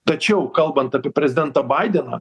tačiau kalbant apie prezidentą baideną